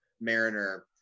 Mariner